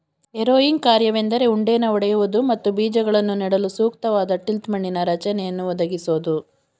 harrowing ಕಾರ್ಯವೆಂದರೆ ಉಂಡೆನ ಒಡೆಯುವುದು ಮತ್ತು ಬೀಜಗಳನ್ನು ನೆಡಲು ಸೂಕ್ತವಾದ ಟಿಲ್ತ್ ಮಣ್ಣಿನ ರಚನೆಯನ್ನು ಒದಗಿಸೋದು